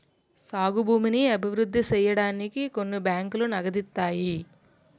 సాగు భూమిని అభివృద్ధి సేయడానికి కొన్ని బ్యాంకులు నగదిత్తాయి